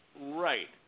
Right